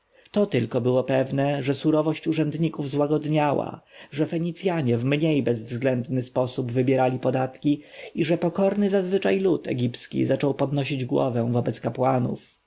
to tylko było pewne że surowość urzędników złagodniała że fenicjanie w mniej bezwzględny sposób wybierali podatki i że pokorny zazwyczaj lud egipski zaczął podnosić głowę wobec kapłanów